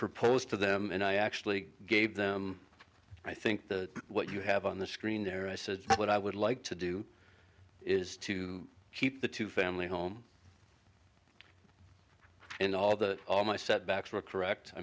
proposed to them and i actually gave them i think the what you have on the screen there i said what i would like to do is to keep the two family home and all that all my setbacks were correct i